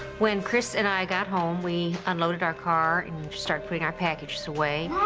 when chris and i got home, we unloaded our car and started putting our packages away.